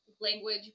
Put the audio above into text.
language